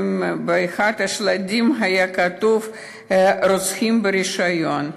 באחד השלטים היה כתוב "רוצחים ברישיון".